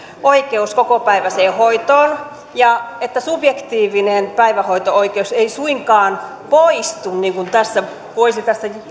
oikeus kokopäiväiseen hoitoon ja että subjektiivinen päivähoito oikeus ei suinkaan poistu niin kuin tässä voisi